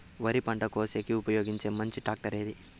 వరి పంట కోసేకి ఉపయోగించే మంచి టాక్టర్ ఏది?